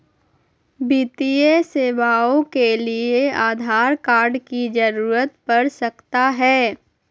वित्तीय सेवाओं के लिए आधार कार्ड की जरूरत पड़ सकता है?